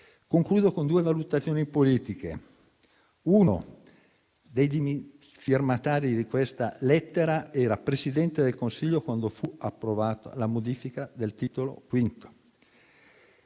Concludo con due valutazioni politiche. La prima è che uno dei firmatari di questa lettera era Presidente del Consiglio quando fu approvata la modifica del Titolo V.